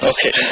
Okay